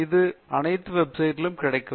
இது அனைத்து வெப்சைட் லும் கிடைக்கும்